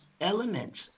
elements